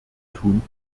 tun